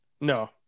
No